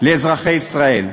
לאזרחי ישראל.